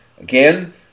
Again